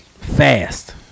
Fast